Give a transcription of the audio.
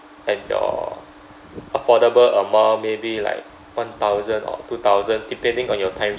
at your affordable amount maybe like one thousand or two thousand depending on your time